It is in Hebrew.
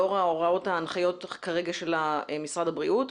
לאור ההנחיות כרגע של משרד הבריאות,